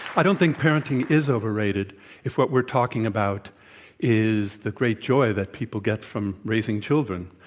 i don't think parenting is overrated if what we're talking about is the great joy that people get from raising children.